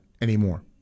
anymore